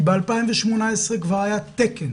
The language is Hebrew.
כי ב-2018 כבר היה תקן,